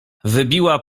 wybiła